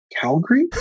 Calgary